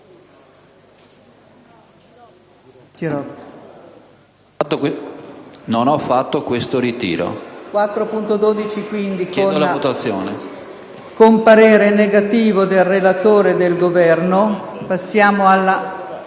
non ho fatto questo ritiro, e chiedo la votazione